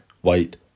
white